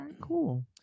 Cool